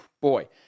boy